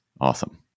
Awesome